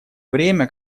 время